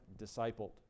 discipled